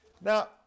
Now